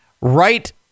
right